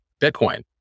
Bitcoin